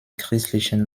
christlichen